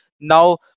Now